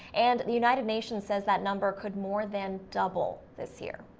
and the united nations says that number could more than double this year.